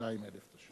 802,000 תושבים.